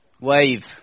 Wave